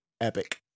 Epic